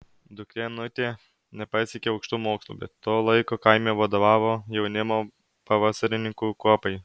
duktė onutė nepasiekė aukštų mokslų bet to laiko kaime vadovavo jaunimo pavasarininkų kuopai